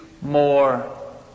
more